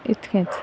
इतकेंच